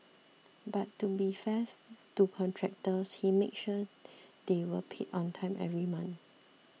but to be fair to contractors he made sure they were paid on time every month